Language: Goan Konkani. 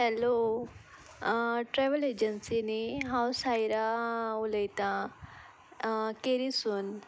हॅलो आ ट्रेवल एजंसी न्ही हांव साईरा उलयतां केरीसून